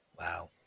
Wow